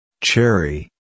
cherry